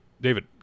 David